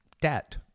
debt